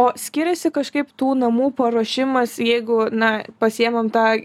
o skiriasi kažkaip tų namų paruošimas jeigu na pasiėmam tą